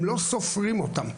הם לא סופרים אותם,